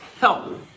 help